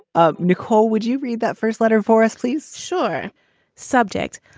ah nicole, would you read that first letter for us, please? sure subjects.